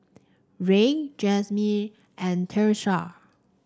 Rey Jasmyn and Tyesha